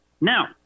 Now